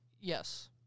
Yes